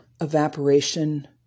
evaporation